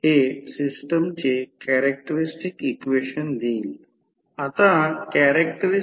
परंतु आम्ही कमी व्होल्टेज च्या बाजूला शोधण्याचा प्रयत्न करीत आहोत तर ते 1000 अँपिअर आहे